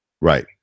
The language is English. Right